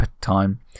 time